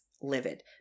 livid